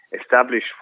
establish